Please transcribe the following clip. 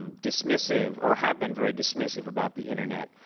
um dismissive or have been very dismissive about the internet.